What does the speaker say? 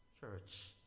church